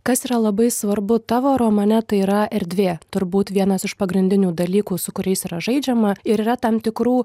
kas yra labai svarbu tavo romane tai yra erdvė turbūt vienas iš pagrindinių dalykų su kuriais yra žaidžiama ir yra tam tikrų